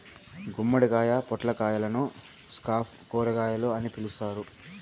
గుమ్మడికాయ, పొట్లకాయలను స్క్వాష్ కూరగాయలు అని పిలుత్తారు